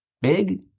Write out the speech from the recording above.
Big